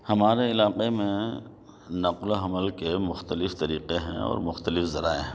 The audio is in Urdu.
ہمارے علاقے میں نقل و حمل کے مختلف طریقے ہیں اور مختلف ذرائع ہیں